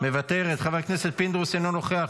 חבר הכנסת אלון שוסטר אינו נוכח,